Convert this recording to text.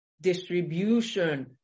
distribution